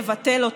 לבטל אותו,